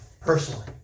personally